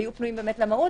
ויהיו פנויים למהו"ת,